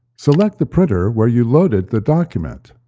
select the printer where you loaded the document.